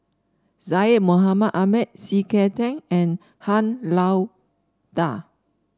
Syed Mohamed Ahmed C K Tang and Han Lao Da